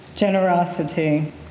Generosity